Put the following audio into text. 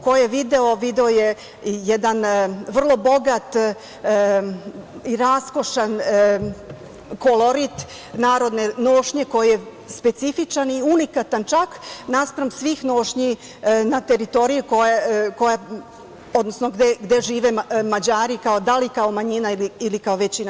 Ko je video, video je jedan vrlo bogat i raskošan kolorit narodne nošnje koji je specifičan i unikatan čak naspram svih nošnji na teritoriji gde žive Mađari, da li kao manjina ili kao većina.